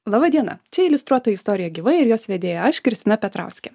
laba diena čia iliustruotoji istorija gyvai ir jos vedėja aš kristina petrauskė